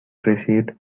received